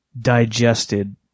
digested